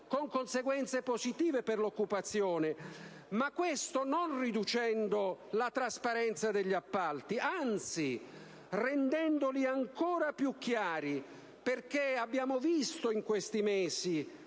con conseguenze positive per l'occupazione, ma questo, non riducendo la trasparenza degli appalti, anzi rendendoli ancora più chiari, perché in questi mesi